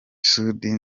sudi